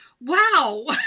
Wow